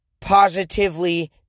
positively